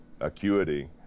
acuity